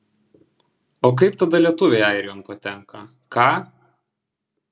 o kaip tada lietuviai airijon patenka ką